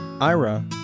Ira